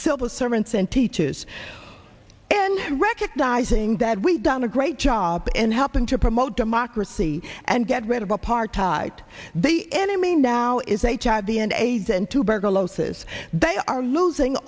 civil servants and teaches in recognizing that we've done a great job in helping to promote democracy and get rid of apartheid they enemy now is a child the end aids and tuberculosis they are losing